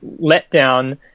letdown